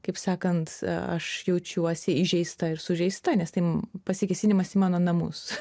kaip sakant aš jaučiuosi įžeista ir sužeista nes tai pasikėsinimas į mano namus